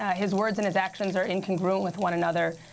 ah his words and his actions are incongruent with one another.